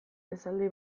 esaldi